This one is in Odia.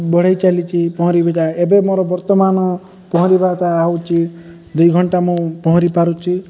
ବଢ଼େଇ ଚାଲିଛି ପହଁରିବାଟା ଏବେ ମୋର ବର୍ତ୍ତମାନ ପହଁରିବାଟା ହଉଛି ଦୁଇ ଘଣ୍ଟା ମୁଁ ପହଁରି ପାରୁଛି